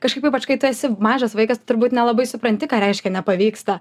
kažkaip ypač kai tu esi mažas vaikas tu turbūt nelabai supranti ką reiškia nepavyksta